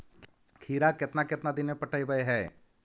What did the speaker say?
खिरा केतना केतना दिन में पटैबए है?